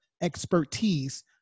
expertise